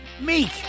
Meek